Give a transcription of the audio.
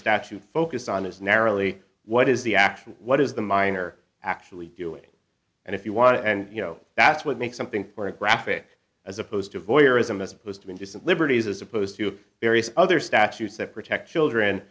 statute focus on is narrowly what is the action what is the minor actually doing and if you want to and you know that's what makes something pornographic as opposed to voyeurism as opposed to indecent liberties as opposed to various other statutes that protect children